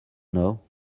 know